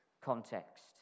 context